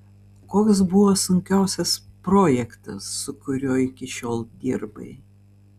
koks buvo sunkiausias projektas su kuriuo iki šiol dirbai